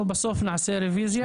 אנחנו בסוף נעשה רביזיה?